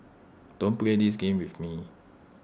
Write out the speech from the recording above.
don't play this game with me